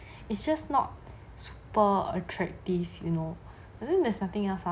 it's just not super attractive you know I think there's nothing else